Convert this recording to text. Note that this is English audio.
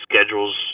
schedules